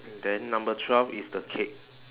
then number twelve is the cake